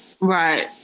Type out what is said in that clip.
Right